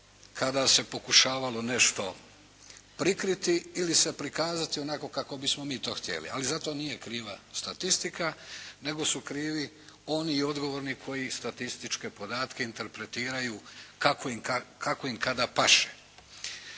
kada se pokušavalo nešto prikriti ili se prikazati onako kako bismo mi to htjeli. Ali za to nije kriva statistika, nego su krivi oni odgovorni koji statističke podatke interpretiraju kako im kada paše.